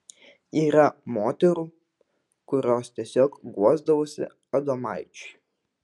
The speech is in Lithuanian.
yra moterų kurios tiesiog guosdavosi adomaičiui